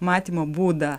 matymo būdą